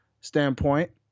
standpoint